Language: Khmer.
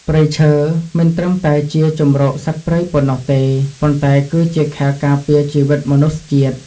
ព្រៃឈើមិនត្រឹមតែជាជម្រកសត្វព្រៃប៉ុណ្ណោះទេ ប៉ុន្តែគឺជាខែលការពារជីវិតមនុស្សជាតិ។